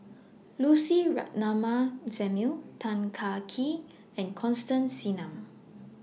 Lucy Ratnammah Samuel Tan Kah Kee and Constance Singam